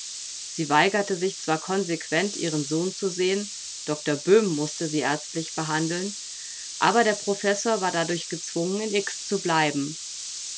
sie weigerte sich zwar konsequent ihren sohn zu sehen doktor böhm mußte sie ärztlich behandeln aber der professor war dadurch gezwungen in x zu bleiben